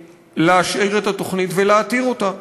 להשאיר את התוכנית ולהתיר אותה,